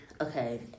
okay